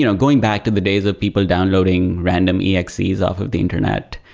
you know going back to the days of people downloading random exe's off of the internet,